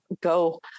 go